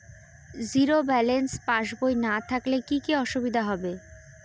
Zero balance পাসবই না থাকলে কি কী অসুবিধা হবে?